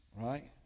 Right